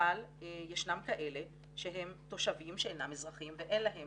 אבל ישנם כאלה שהם תושבים שאינם אזרחים ואין להם